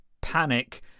panic